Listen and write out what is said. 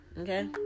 okay